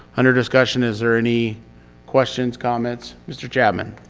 under discussion, is there any questions, comments? mr. chapman.